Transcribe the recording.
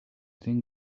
think